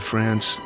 France